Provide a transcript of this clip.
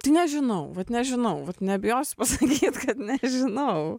tai nežinau vat nežinau vat nebijosiu pasakyt kad nežinau